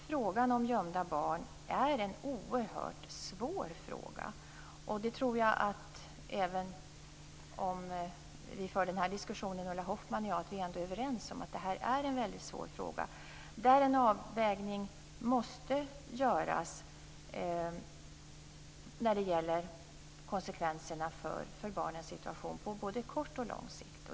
Frågan om gömda barn är en oerhört svår fråga - det tror jag att vi ändå är överens om - där en avvägning måste göras när det gäller konsekvenserna för barnens situation på både kort och lång sikt.